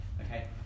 okay